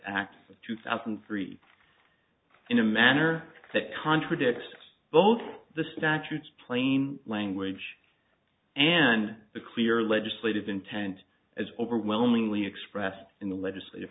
of two thousand and three in a manner that contradicts both the statutes plain language and the clear legislative intent as overwhelmingly expressed in the legislat